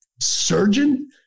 surgeon